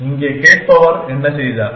இங்கே கேட்பவர் என்ன செய்தார்